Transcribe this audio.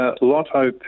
Lotto